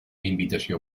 invitació